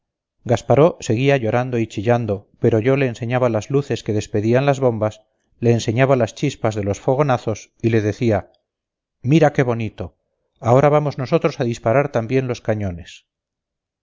gasparó seguía llorando y chillando pero yo le enseñaba las luces que despedían las bombas le enseñaba las chispas de los fogonazos y le decía mira qué bonito ahora vamos nosotros a disparar también los cañones